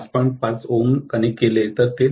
5 Ω connect केले तर ते २